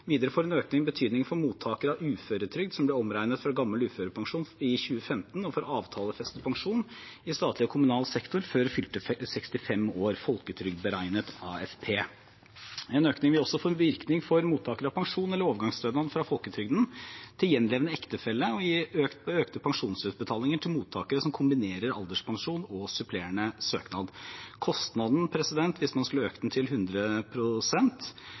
Videre får en økning betydning for mottakere av uføretrygd som ble omregnet fra gammel uførepensjon i 2015, og for avtalefestet pensjon i statlig og kommunal sektor før fylte 65 år – «folketrygdberegnet AFP». En økning vil også få virkning for mottakere av pensjon eller overgangsstønad fra folketrygden til gjenlevende ektefelle og gi økte pensjonsutbetalinger til mottakere som kombinerer alderspensjon og supplerende stønad. Kostnadene hvis man skulle økt den til